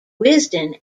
wisden